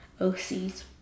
OCs